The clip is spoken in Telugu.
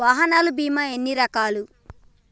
వాహనాల బీమా ఎన్ని రకాలు?